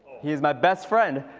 he's my best friend,